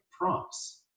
prompts